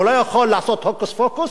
הוא לא יכול לעשות הוקוס-פוקוס